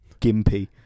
gimpy